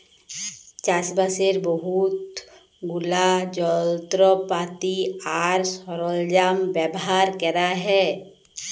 চাষবাসের বহুত গুলা যলত্রপাতি আর সরল্জাম ব্যাভার ক্যরা হ্যয়